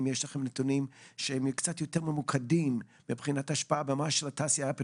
יש לכם נתונים קצת יותר ממוקדים מבחינת השפעה לתעשייה?